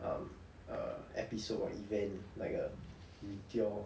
um err episode or event like a meteor